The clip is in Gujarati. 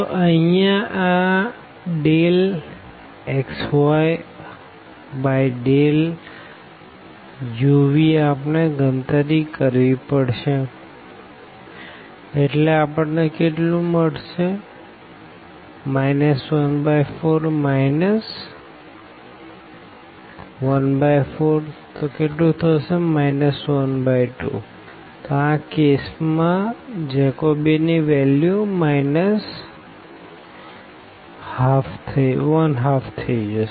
તો અહિયાં આ xyuvઆપણે ગણતરી કરવી પડશે xyuv 12 12 12 12 14 14 12 તો આ કેસ માં જેકોબિયન ની વેલ્યુ 12થશે